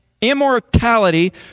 immortality